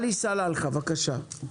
חה"כ עלי סלאלחה, בבקשה.